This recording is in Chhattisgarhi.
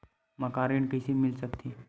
मकान ऋण कइसे मिल सकथे?